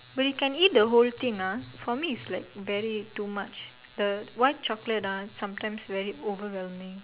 but you can eat the whole thing ah for me is like very too much the white chocolate ah sometimes very overwhelming